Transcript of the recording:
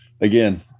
again